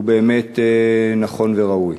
האם הוא באמת נכון וראוי.